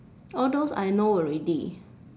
all those I know already